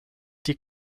die